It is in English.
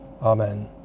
Amen